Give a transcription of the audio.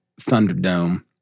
Thunderdome